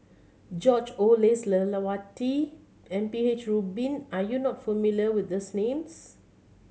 George Oehlers Lelawati M P H Rubin are you not familiar with these names